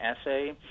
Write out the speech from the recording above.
essay